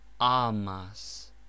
Amas